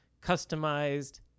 Customized